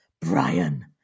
Brian